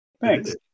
Thanks